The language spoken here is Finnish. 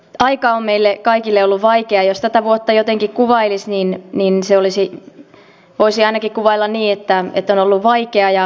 aika on meille kaikille ollut vaikea ja jos tätä vuotta jotenkin kuvailisi niin voisi ainakin kuvailla niin että on ollut vaikea ja yllätyksellinenkin vuosi